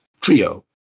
trio